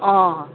অঁ